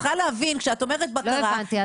את צריכה להבין שכשאת אומרת "בקרה",